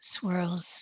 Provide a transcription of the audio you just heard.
swirls